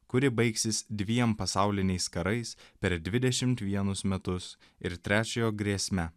kuri baigsis dviem pasauliniais karais per dvidešimt vienus metus ir trečiojo grėsme